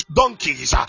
donkeys